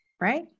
right